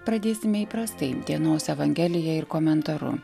pradėsime įprastai dienos evangelija ir komentaru